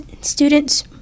students